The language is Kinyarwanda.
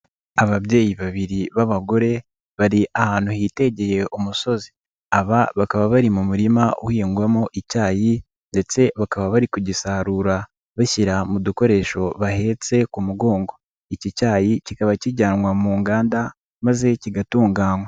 Ababyeyi babiri b'abagore bari ahantu hitegeye umusozi, aba bakaba bari mu murima uhingwamo icyayi ndetse bakaba bari kugisarura bashyira mu dukoresho bahetse ku mugongo, iki cyayi kikaba kijyanwa mu nganda maze kigatunganywa.